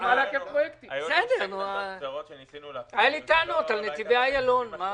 היו לי טענות על נתיבי איילון.